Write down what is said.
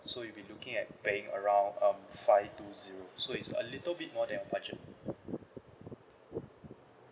so you'll be looking at paying around um five two zero so it's a little bit more than your budget